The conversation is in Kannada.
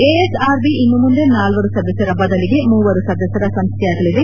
ಎಎಸ್ಆರ್ಬಿ ಇನ್ನು ಮುಂದೆ ನಾಲ್ವರು ಸದಸ್ಯರ ಬದಲಿಗೆ ಮುವರು ಸದಸ್ಯರ ಸಂಸ್ಥೆಯಾಗಲಿದೆ